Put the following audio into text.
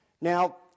Now